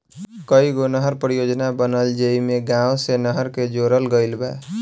कईगो नहर परियोजना बनल जेइमे गाँव से नहर के जोड़ल गईल बा